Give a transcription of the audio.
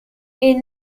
est